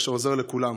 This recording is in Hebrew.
איך שהוא עוזר לכולם.